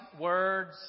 words